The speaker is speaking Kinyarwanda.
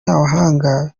abahanga